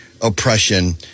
oppression